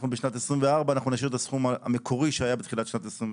אנחנו בשנת 2024 נשאיר את הסכום המקורי שהיה בתחילת שנת 2024,